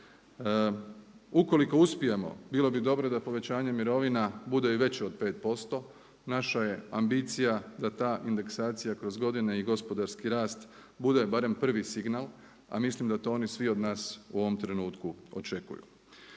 ukoliko uspijemo bilo bi dobro da povećanjem mirovina bude i veće od 5%. Naša je ambicija da ta indeksacija kroz godine i gospodarski rast bude barem prvi signal a mislim da to oni svi od nas u ovom trenutku očekuju.